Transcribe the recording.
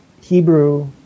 Hebrew